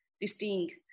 distinct